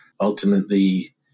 ultimately